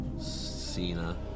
Cena